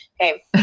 Okay